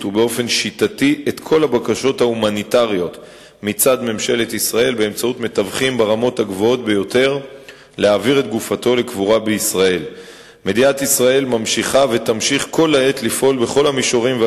2. מה ייעשה כדי לאכוף את הוראות החוק על משרדי הממשלה השונים?